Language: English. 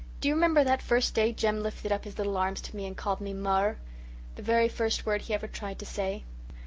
do you remember that first day jem lifted up his little arms to me and called me mo'er' the very first word he ever tried to say?